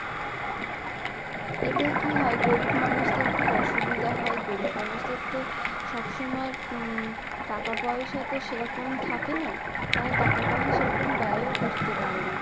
এতে কী হয় গরিব মানুষদের খুব অসুবিধা হয় গরিব মানুষদের তো সব সময় টাকা পয়সা তো সেরকম থাকে না তারা টাকা পয়সা সেরকম ব্যয়ও করতে পারে না